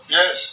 Yes